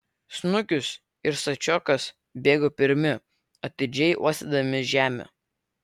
snukius ir stačiokas bėgo pirmi atidžiai uostydami žemę